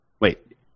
Wait